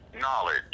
Knowledge